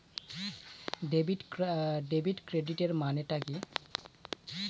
Debit ক্রেডিটের মানে টা কি?